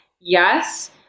yes